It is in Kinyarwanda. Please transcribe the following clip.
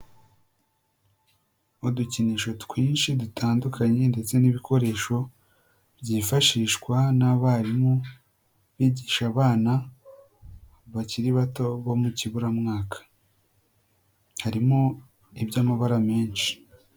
Udukinisho twinshi dutandukanye ndetse n'ibikoresho byifashishwa n'abarimu bigisha abana bakiri bato bo mu kiburamwaka, harimo iby'amabara menshi.